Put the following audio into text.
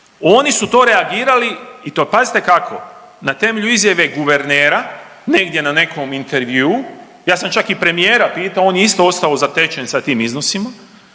Oni su to reagirali i to pazite kako, na temelju izjave guvernera negdje na nekom intervjuu. Ja sam čak i premijera pitao on je isto ostao zatečen sa tim iznosima